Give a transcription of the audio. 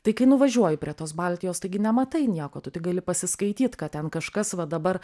tai kai nuvažiuoji prie tos baltijos taigi nematai nieko tu tik gali pasiskaityt kad ten kažkas va dabar